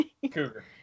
Cougar